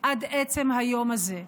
עד עצם היום הזה.